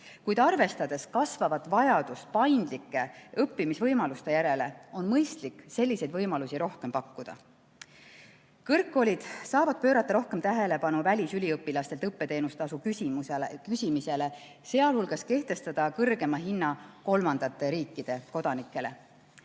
kuid arvestades kasvavat vajadust paindlike õppimisvõimaluste järele, on mõistlik selliseid võimalusi rohkem pakkuda. Kõrgkoolid saavad pöörata rohkem tähelepanu välisüliõpilastelt õppeteenustasu küsimisele, sealhulgas kehtestada kõrgema hinna kolmandate riikide kodanikele.